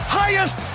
highest